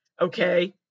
Okay